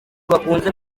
bakunze